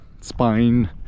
spine